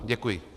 Děkuji.